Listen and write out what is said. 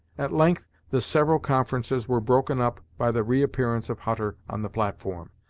at length the several conferences were broken up by the reappearance of hutter on the platform.